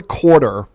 quarter